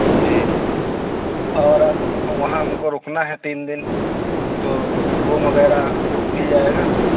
جی اور وہاں ہم کو رکنا ہے تین دن تو روم وغیرہ مل جائے گا